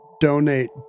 donate